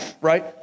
right